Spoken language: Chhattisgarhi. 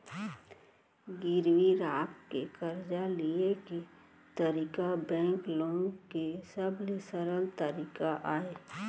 गिरवी राख के करजा लिये के तरीका बेंक लोन के सबले सरल तरीका अय